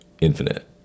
Infinite